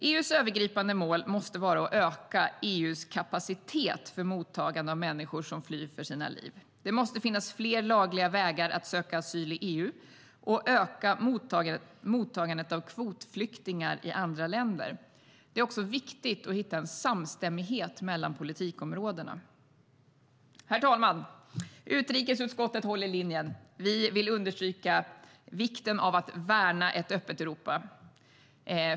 EU:s övergripande mål måste vara att öka EU:s kapacitet för mottagande av människor som flyr för sina liv. Det måste finnas fler lagliga vägar att söka asyl i EU och att öka mottagandet av kvotflyktingar i andra länder. Det är också viktigt att hitta en samstämmighet mellan politikområdena. Herr talman! Utrikesutskottet håller linjen: Vi vill understryka vikten av att värna ett öppet Europa.